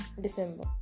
December